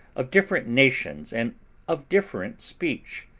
of different nations and of different speech.